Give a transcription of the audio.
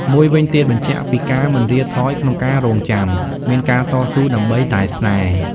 មួយវិញទៀត បញ្ជាក់ពីការមិនរៀថយក្នុងការរងចាំ មានការតស៊ូដើម្បីតែស្នេហ៍។